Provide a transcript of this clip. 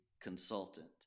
consultant